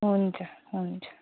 हुन्छ हुन्छ